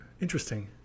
interesting